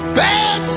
bad